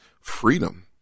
freedom